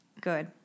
good